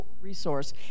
resource